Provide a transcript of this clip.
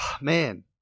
man